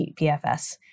PFS